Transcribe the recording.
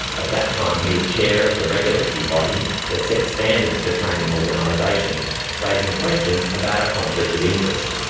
at that time he was chair of the regulatory body that set standards for training organisations, raising questions about a conflict of interest.